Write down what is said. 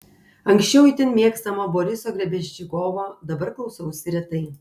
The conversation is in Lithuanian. anksčiau itin mėgstamo boriso grebenščikovo dabar klausausi retai